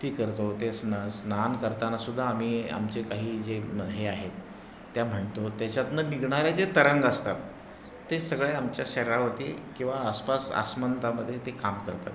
ती करतो ते स्न स्नान करताना सुद्धा आम्ही आमचे काही जे हे आहेत त्या म्हणतो त्याच्यातून निघणाऱ्या जे तरंग असतात ते सगळे आमच्या शरीरावरती किंवा आसपास आसमंतामध्ये ते काम करतात